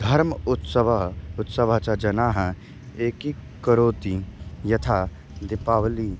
धर्मः उत्सवः उत्सवाः च जनाः एकीकरोति यथा दिपावलिः